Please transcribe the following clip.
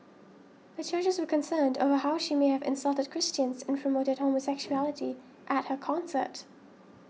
the churches were concerned over how she may have insulted Christians and promoted homosexuality at her concert